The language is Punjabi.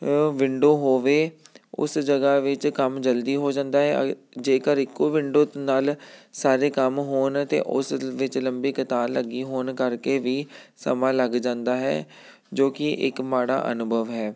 ਵਿੰਡੋ ਹੋਵੇ ਉਸ ਜਗ੍ਹਾ ਵਿੱਚ ਕੰਮ ਜਲਦੀ ਹੋ ਜਾਂਦਾ ਹੈ ਜੇਕਰ ਇੱਕੋ ਵਿੰਡੋ ਨਾਲ ਸਾਰੇ ਕੰਮ ਹੋਣ ਅਤੇ ਉਸ ਵਿੱਚ ਲੰਬੀ ਕਤਾਰ ਲੱਗੀ ਹੋਣ ਕਰਕੇ ਵੀ ਸਮਾਂ ਲੱਗ ਜਾਂਦਾ ਹੈ ਜੋ ਕਿ ਇੱਕ ਮਾੜਾ ਅਨੁਭਵ ਹੈ